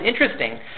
interesting